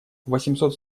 восемьсот